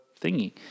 thingy